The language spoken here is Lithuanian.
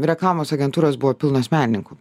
reklamos agentūros buvo pilnos menininkų